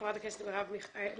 חברת הכנסת מרב מיכאלי,